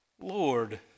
Lord